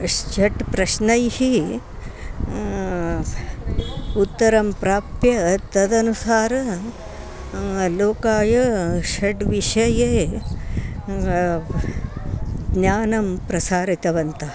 षट् प्रश्नैः उत्तरं प्राप्य तदनुसारं लोकाय षड्विषये ज्ञानं प्रसारितवन्तः